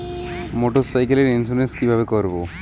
মোটরসাইকেলের ইন্সুরেন্স কিভাবে করব?